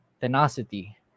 tenacity